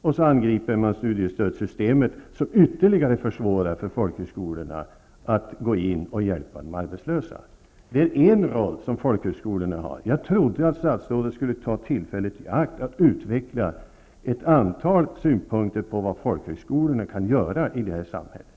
Ni angriper studiestödssystemet, vilket ytterligare försvårar för folkhögskolorna att gå in och hjälpa de arbetslösa. Det där är en roll som folkhögskolorna har. Jag trodde att statsrådet skulle ta tillfället i akt att utveckla ett antal synpunkter på vad folkhögskolorna kan göra i samhället.